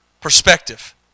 Perspective